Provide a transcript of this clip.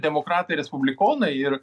demokratai respublikonai ir